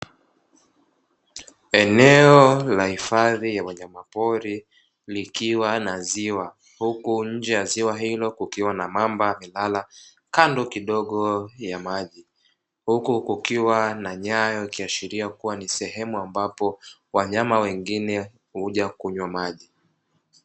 Eneo la hifadhi ya wanyamapori likiwa na ziwa huku nje ya ziwa hilo kukiwa na mamba amelala kando kidogo ya maji, huku kukiwa na nyayo ikiashiria ni sehemu ambapo wanyama wengine huja kunywa maji.